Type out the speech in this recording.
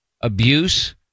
abuse